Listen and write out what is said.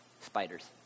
Spiders